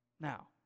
Now